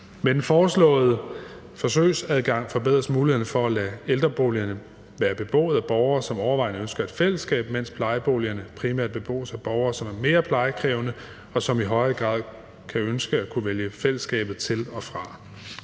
Med den foreslåede forsøgsadgang forbedres mulighederne for at lade ældreboligerne være beboet af borgere, som overvejende ønsker et fællesskab, mens plejeboligerne primært bebos af borgere, som er mere plejekrævende, og som i højere grad kan ønske at kunne vælge fællesskabet til og fra.